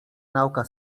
nauka